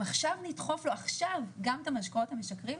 אם עכשיו נדחוף לו גם את המשקאות המשכרים,